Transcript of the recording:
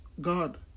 God